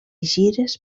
gires